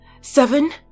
Seven